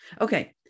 Okay